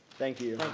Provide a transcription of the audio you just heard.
thank you.